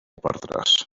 perdràs